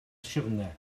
siwrne